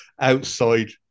outside